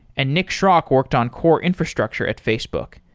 and nick schrock worked on core infrastructure at facebook.